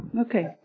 okay